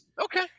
Okay